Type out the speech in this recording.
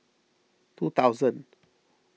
two thousand